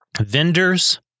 vendors